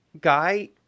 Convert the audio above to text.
guy